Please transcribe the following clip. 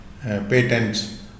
patents